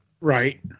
Right